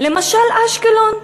למשל אשקלון,